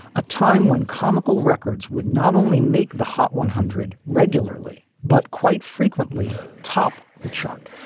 a time when comical records would not only make the hot one hundred regularly, but quite frequently top the chart.